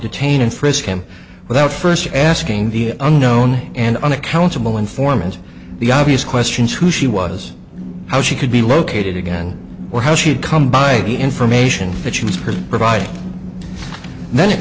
detain and frisk him without first asking the unknown and unaccountable informants the obvious questions who she was how she could be located again or how she'd come by the information that she was her provid